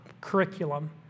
curriculum